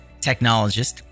technologist